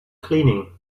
cleaning